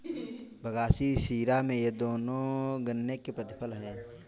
बगासी शीरा ये दोनों गन्ने के प्रतिफल हैं